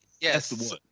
Yes